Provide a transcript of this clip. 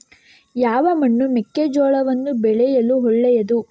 ಯಾವ ಮಣ್ಣು ಮೆಕ್ಕೆಜೋಳವನ್ನು ಬೆಳೆಯಲು ಒಳ್ಳೆಯದು?